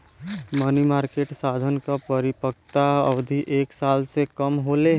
मनी market साधन क परिपक्वता अवधि एक साल से कम होले